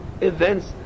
events